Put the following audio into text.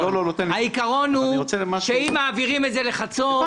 העיקרון הוא שאם מעבירים את זה לחצור --- לא,